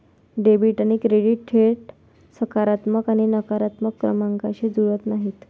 debit आणि credit थेट सकारात्मक आणि नकारात्मक क्रमांकांशी जुळत नाहीत